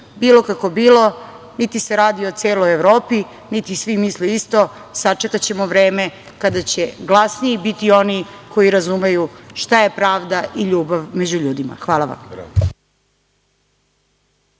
kako bilo, niti se radi o celoj Evropi, niti svi misle isto, sačekaćemo vreme kada će glasniji biti oni koji razumeju šta je pravda i ljubav među ljudima. Hvala vam.